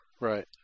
Right